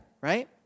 right